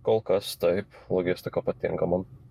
kol kas taip logistika patinka man